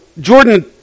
Jordan